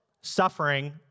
suffering